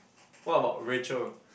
what about Rachel